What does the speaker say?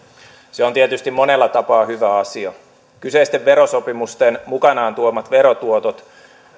se on tietysti monella tapaa hyvä asia kyseisten verosopimusten mukanaan tuomat verotuotot